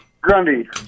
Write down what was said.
Grundy